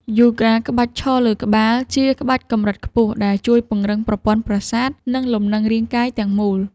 យូហ្គាក្បាច់ឈរលើក្បាល ជាក្បាច់កម្រិតខ្ពស់ដែលជួយពង្រឹងប្រព័ន្ធប្រសាទ និងលំនឹងរាងកាយទាំងមូល។